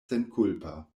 senkulpa